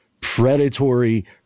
predatory